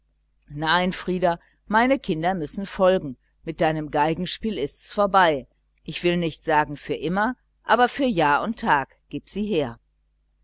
nein frieder meine kinder müssen folgen mit deinem violinspiel ist's vorbei ich will nicht sagen für immer aber für jahr und tag gib sie her